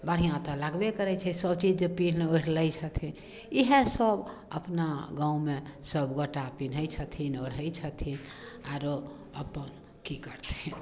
बढ़िआँ तऽ लागबे करै छै सभचीज जे पीन्ह ओढ़ि लै छथिन इएह सभ अपना गाँव मे सभगोटा पिन्है छथिन ओढ़ै छथिन आरो अपन की करथिन